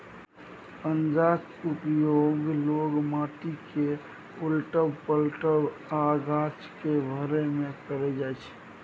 पंजाक उपयोग लोक माटि केँ उलटब, पलटब आ गाछ केँ भरय मे कयल जाइ छै